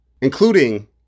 including